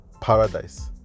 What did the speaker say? paradise